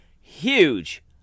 huge